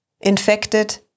infected